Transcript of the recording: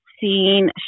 seen